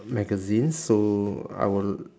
magazines so I will